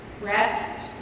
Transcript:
Rest